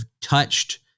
touched